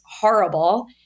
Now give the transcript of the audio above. horrible